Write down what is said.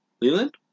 Leland